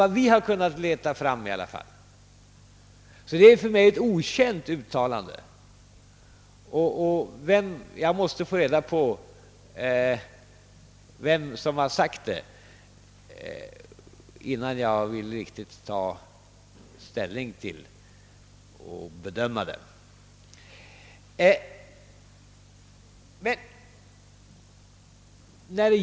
Den är alltså okänd för mig, och jag måste få reda på vem som har nämnt den innan jag tar ställning till den.